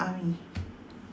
army